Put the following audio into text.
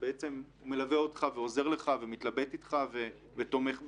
שבעצם מלווה אותך ועוזר לך ומתחבט איתך ותומך בך.